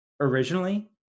originally